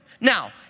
Now